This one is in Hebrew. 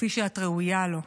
כפי שאת ראויה לו.